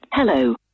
Hello